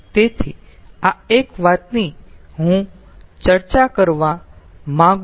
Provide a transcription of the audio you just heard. તેથી આ એક વાતની હું ચર્ચા કરવા માંગું છું